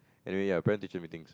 and you are in parent teacher meetings